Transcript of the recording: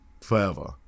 forever